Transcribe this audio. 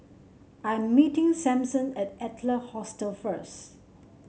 I'm meeting Sampson at Adler Hostel first